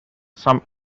some